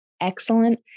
excellent